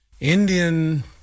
Indian